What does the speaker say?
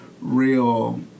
real